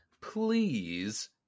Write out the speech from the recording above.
Please